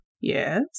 Yes